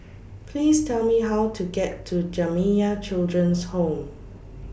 Please Tell Me How to get to Jamiyah Children's Home